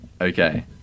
okay